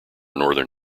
northern